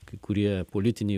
kai kurie politiniai